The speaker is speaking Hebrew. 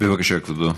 בבקשה, כבודו.